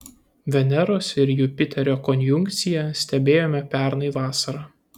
veneros ir jupiterio konjunkciją stebėjome pernai vasarą